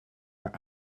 are